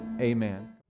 Amen